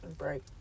right